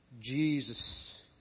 Jesus